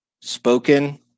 spoken